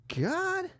God